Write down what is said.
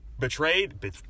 betrayed